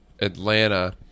Atlanta